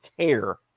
tear